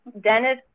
Dennis